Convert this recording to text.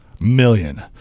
Million